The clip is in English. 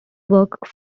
works